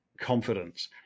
confidence